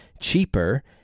cheaper